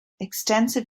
extensive